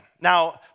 Now